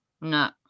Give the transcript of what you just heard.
No